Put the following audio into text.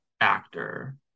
actor